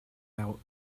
out